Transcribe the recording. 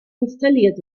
installiert